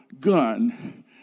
gun